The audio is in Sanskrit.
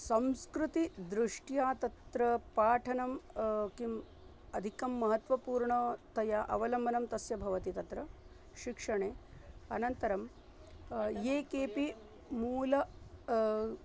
संस्कृतिदृष्ट्या तत्र पाठनं किम् अधिकं महत्वपूर्णतया अवलम्बनं तस्य भवति तत्र शिक्षणे अनन्तरं ये केपि मूलं